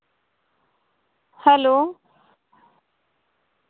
hello